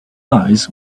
eyes